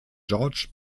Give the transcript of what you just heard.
george